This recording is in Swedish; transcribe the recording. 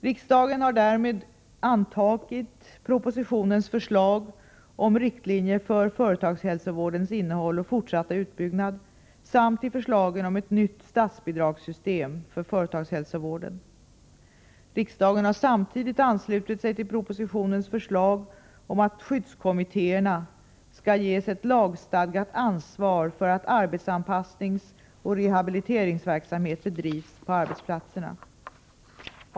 Riksdagen har därmed antagit propositionens förslag om riktlinjer för företagshälsovårdens innehåll och fortsatta utbyggnad samt förslagen om ett nytt statsbidragssystem för företagshälsovården. Riksdagen har samtidigt anslutit sig till propositionens förslag om att skyddskommittéerna skall ges ett lagstadgat ansvar för att arbetsanpassningsoch rehabiliteringsverksamhet bedrivs på arbetsplatserna.